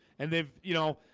and they've you know,